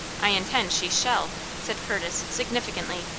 i intend she shall! said curtis, significantly.